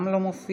גם לא מופיע,